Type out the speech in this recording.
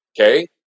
okay